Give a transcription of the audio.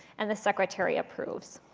and the secretary approves.